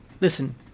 Listen